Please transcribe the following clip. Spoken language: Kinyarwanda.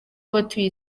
abatuye